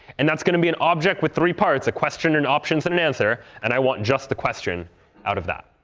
and that's going to be an object with three parts a question and options and an answer, and i want just the question out of that.